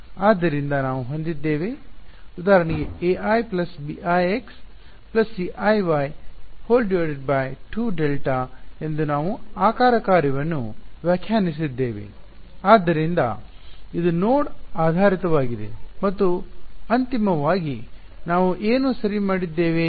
ಆದ್ದರಿಂದ ನಾವು ಹೊಂದಿದ್ದೇವೆ ಉದಾಹರಣೆಗೆ ai bix ciy2Δ ಎಂದು ನಾವು ಆಕಾರ ಕಾರ್ಯ ವನ್ನು ವ್ಯಾಖ್ಯಾನಿಸಿದ್ದೇವೆ ಆದ್ದರಿಂದ ಇದು ನೋಡ್ ಆಧಾರಿತವಾಗಿದೆ ಮತ್ತು ಅಂತಿಮವಾಗಿ ಇದರೊಂದಿಗೆ ನಾವು ಏನು ಸರಿ ಮಾಡಿದ್ದೇವೆ